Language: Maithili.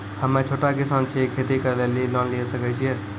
हम्मे छोटा किसान छियै, खेती करे लेली लोन लिये सकय छियै?